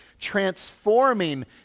transforming